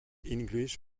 english